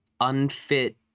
unfit